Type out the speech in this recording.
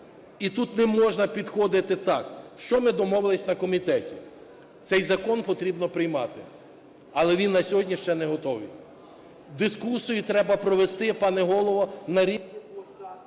І тут не можна підходити так. Що ми домовились на комітеті. Цей закон потрібно приймати, але він на сьогодні ще не готовий. Дискусію треба провести, пане Голово, на рівні…